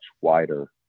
wider